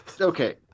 okay